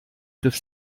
griff